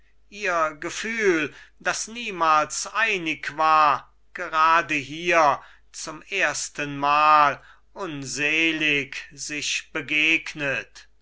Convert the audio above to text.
denken ihr gefühl das niemals einig war gerade hier zum erstenmal unselig sich begegnet wohl